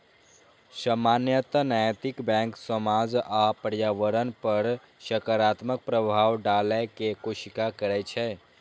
सामान्यतः नैतिक बैंक समाज आ पर्यावरण पर सकारात्मक प्रभाव डालै के कोशिश करै छै